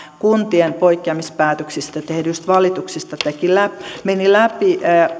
kuntien poikkeamispäätöksistä tehdyistä valituksista meni läpi